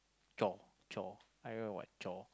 job chore I don't know what chore